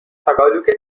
تاگالوگ